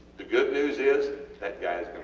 the good news is that guy is